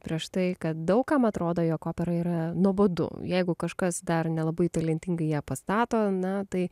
prieš tai kad daug kam atrodo jog opera yra nuobodu jeigu kažkas dar nelabai talentingai ją pastato na tai